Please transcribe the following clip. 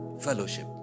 fellowship